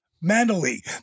mentally